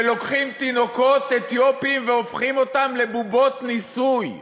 שלוקחים תינוקות אתיופים והופכים אותם לבובות ניסוי.